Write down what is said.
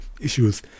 issues